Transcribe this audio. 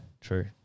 True